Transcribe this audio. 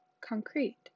concrete